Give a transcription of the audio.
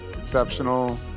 Exceptional